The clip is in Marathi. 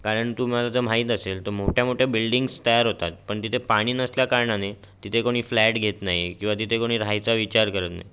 कारण तुम्हाला तर माहीत असेल तर मोठ्या मोठ्या बिल्डींग्स तयार होतात पण तिथे पाणी नसल्या कारणाने तिथे कोणी फ्लॅट घेत नाही किंवा तिथे कोणी रहायचा विचार करत नाही